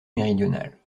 méridionale